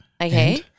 okay